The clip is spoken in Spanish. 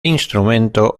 instrumento